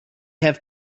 have